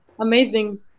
amazing